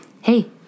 hey